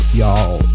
Y'all